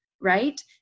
right